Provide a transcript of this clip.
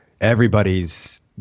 Everybody's